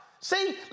See